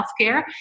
healthcare